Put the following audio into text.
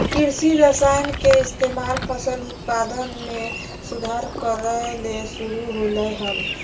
कृषि रसायन के इस्तेमाल फसल उत्पादन में सुधार करय ले शुरु होलय हल